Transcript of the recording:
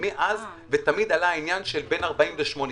ומאז ומתמיד עלה העניין של בין 40 ל-80.